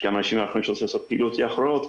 יש גם אנשים אחרים שרוצים לעשות פעילויות אחרות,